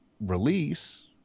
release